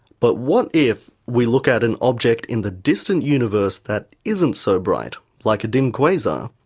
but what if we look at an object in the distant universe that isn't so bright, like a dim quasar?